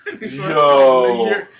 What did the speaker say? Yo